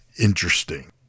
interesting